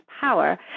power